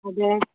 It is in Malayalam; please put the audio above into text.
അതേ